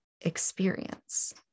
experience